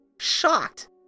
shocked